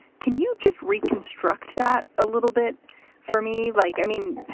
can you just reconstruct that a little bit for me? like i mean,